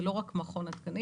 זה לא רק מכון התקנים,